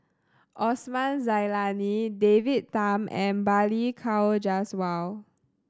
Osman Zailani David Tham and Balli Kaur Jaswal